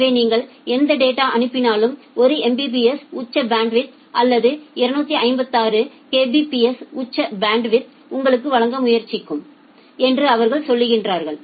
எனவேநீங்கள் எந்த டேட்டா அனுப்பினாலும் 1 Mbps உச்ச பேண்ட்வித் அல்லது 256 Kbps உச்ச பேண்ட்வித் உங்களுக்கு வழங்க முயற்சிப்போம் என்று அவர்கள் சொல்கிறார்கள்